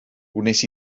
wnes